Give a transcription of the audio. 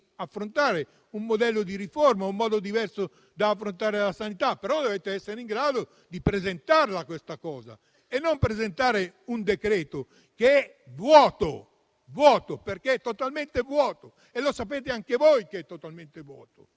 affrontare un modello di riforma, un modo diverso di affrontare la sanità, ma dovete essere in grado di presentarla questa cosa e non presentare un decreto che è totalmente vuoto e lo sapete anche voi. Francamente, su